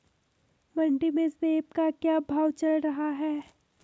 मंडी में सेब का क्या भाव चल रहा है?